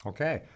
Okay